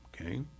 okay